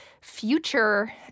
future